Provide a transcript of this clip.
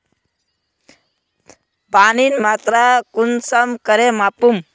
पानीर मात्रा कुंसम करे मापुम?